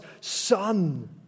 Son